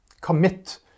commit